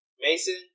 Mason